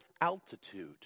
altitude